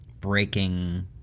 breaking